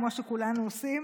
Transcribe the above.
כמו שכולנו עושים,